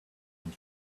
and